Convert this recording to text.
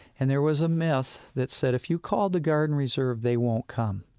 and there was a myth that said if you called the guard and reserve, they won't come.